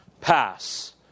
pass